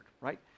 right